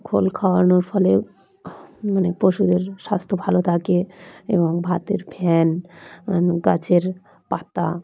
খোল খাওয়ানোর ফলে মানে পশুদের স্বাস্থ্য ভালো থাকে এবং ভাতের ফ্যান গাছের পাতা